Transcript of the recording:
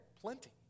Plenty